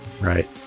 right